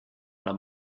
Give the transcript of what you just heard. alla